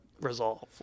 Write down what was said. resolve